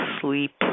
sleep